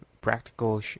practical